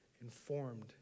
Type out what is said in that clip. informed